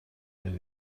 کرد